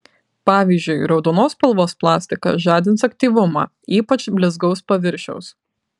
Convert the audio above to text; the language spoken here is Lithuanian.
pavyzdžiui raudonos spalvos plastikas žadins aktyvumą ypač blizgaus paviršiaus